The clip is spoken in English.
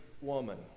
woman